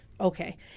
Okay